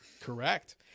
Correct